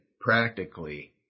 practically